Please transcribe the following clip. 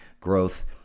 growth